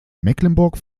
mecklenburg